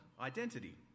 identity